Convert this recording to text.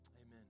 Amen